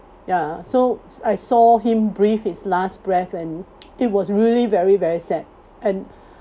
ya so I saw him breathe his last breath and it was really very very sad and